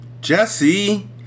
Jesse